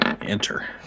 enter